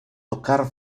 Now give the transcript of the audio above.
tocar